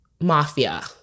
mafia